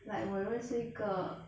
like 我认识一个